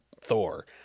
Thor